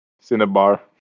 Cinnabar